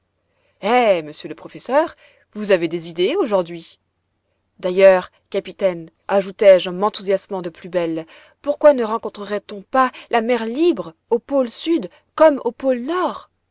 eh monsieur le professeur vous avez des idées aujourd'hui d'ailleurs capitaine ajoutai-je en m'enthousiasmant de plus belle pourquoi ne rencontrerait on pas la mer libre au pôle sud comme au pôle nord